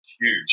Huge